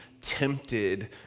tempted